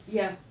ya